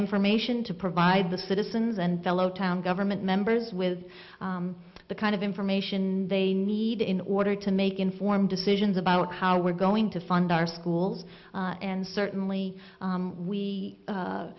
information to provide the citizens and fellow town government members with the kind of information they need in order to make informed decisions about how we're going to fund our schools and certainly